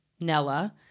Nella